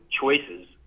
choices